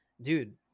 dude